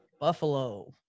buffalo